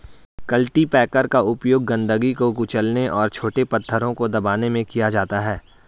cultipacker का उपयोग गंदगी को कुचलने और छोटे पत्थरों को दबाने में किया जाता है